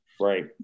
right